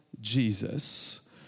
Jesus